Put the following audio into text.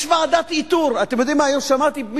יש ועדת איתור, אתם יודעים מה שמעתי היום?